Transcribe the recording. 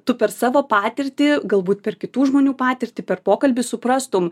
tu per savo patirtį galbūt per kitų žmonių patirtį per pokalbį suprastum